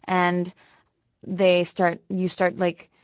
and they start you start, like,